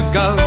go